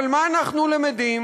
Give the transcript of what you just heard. אבל מה אנחנו למדים?